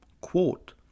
quote